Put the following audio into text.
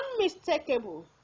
unmistakable